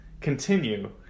continue